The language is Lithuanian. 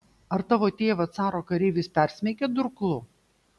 ar tavo tėvą caro kareivis persmeigė durklu